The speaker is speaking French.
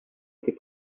été